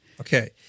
Okay